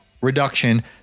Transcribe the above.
reduction